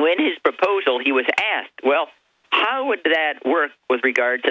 when his proposal he was asked well how would that work with regard to